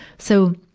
so,